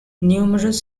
numerous